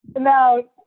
No